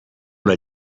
una